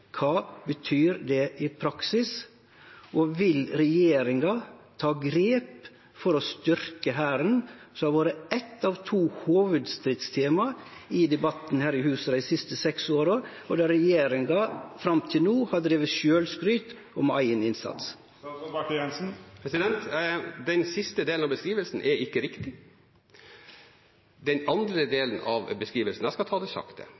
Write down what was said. kva betyr det i praksis, og vil regjeringa ta grep for å styrkje Hæren, som har vore eitt av to hovudstridstema i debatten her i huset dei siste seks åra, og der regjeringa fram til no har drive sjølvskryt av eigen innsats? Den siste delen av beskrivelsen er ikke riktig. Når det gjelder den andre delen av beskrivelsen, skal jeg ta det